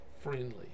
friendly